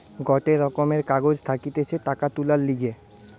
গটে রকমের কাগজ থাকতিছে টাকা তুলার লিগে